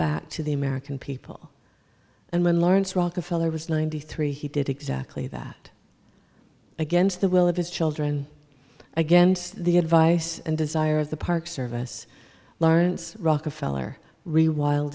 back to the american people and when lawrence rockefeller was ninety three he did exactly that against the will of his children against the advice and desire of the park service learns rockefeller